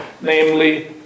Namely